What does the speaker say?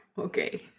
Okay